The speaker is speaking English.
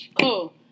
Cool